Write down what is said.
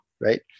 right